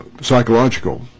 psychological